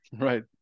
Right